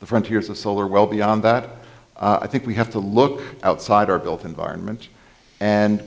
the frontiers of solar well beyond that i think we have to look outside our built environment and